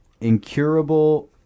incurable